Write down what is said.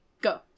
go